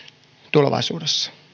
tulevaisuudessa